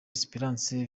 esperance